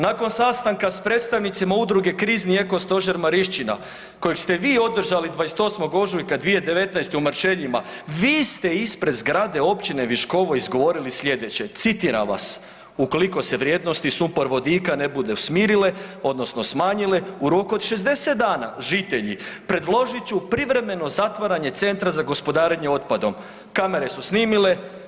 Nakon sastanka s predstavnicima Udruge krizni eko-stožer Marišćina kojeg ste vi održali 28. ožujka 2019. u Marčeljima vi ste ispred zgrade općine Viškovo izgovorili sljedeće, citiram vas: „Ukoliko se vrijednosti sumporvodika ne budu smirile odnosno smanjile u roku od 60 dana žitelji predložit ću privremeno zatvaranje Centra za gospodarenje otpadom.“ Kamere su snimile.